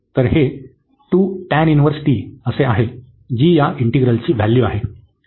तर हे 2tan 1t आहे जी या इंटिग्रलची व्हॅल्यू आहे